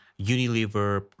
Unilever